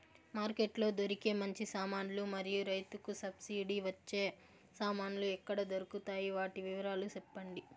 Market లో దొరికే మంచి సామాన్లు మరియు రైతుకు సబ్సిడి వచ్చే సామాన్లు ఎక్కడ దొరుకుతాయి? వాటి వివరాలు సెప్పండి?